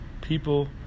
People